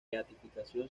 beatificación